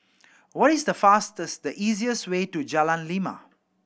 what is the fastest the easiest way to Jalan Lima